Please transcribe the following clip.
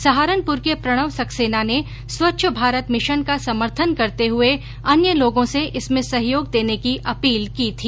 सहारनपुर के प्रणव सक्सेना ने स्वच्छ भारत मिशन का समर्थन करते हुए अन्य लोगों से इसमें सहयोग देने की अपील की थी